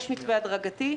יש מתווה הדרגתי,